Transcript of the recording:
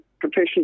Profession